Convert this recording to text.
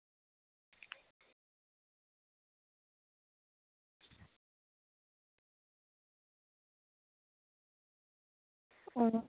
ᱚ